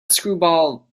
screwball